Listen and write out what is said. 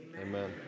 Amen